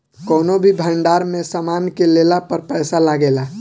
कौनो भी भंडार में सामान के लेला पर पैसा लागेला